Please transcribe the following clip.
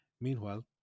Meanwhile